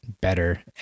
better